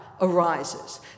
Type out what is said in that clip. arises